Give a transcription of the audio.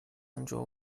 آنجا